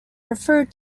referred